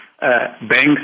banks